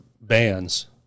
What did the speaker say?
bands